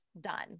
done